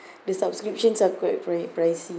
the subscriptions are quite pri~ pricey